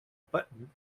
button